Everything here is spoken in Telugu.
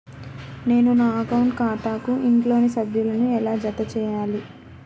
నేను నా అకౌంట్ ఖాతాకు ఇంట్లోని సభ్యులను ఎలా జతచేయాలి?